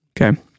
Okay